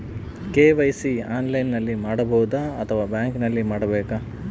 KYC ಆನ್ಲೈನಲ್ಲಿ ಮಾಡಬಹುದಾ ಅಥವಾ ಬ್ಯಾಂಕಿನಲ್ಲಿ ಮಾಡ್ಬೇಕಾ?